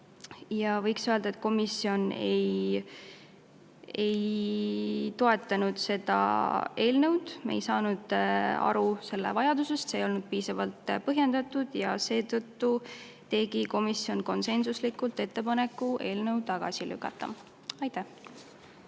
võiks öelda, et komisjon ei toetanud seda eelnõu, me ei saanud aru selle vajadusest, see ei olnud piisavalt põhjendatud, ja seetõttu tegi komisjon konsensuslikult ettepaneku eelnõu tagasi lükata. Aitäh!